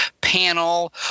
panel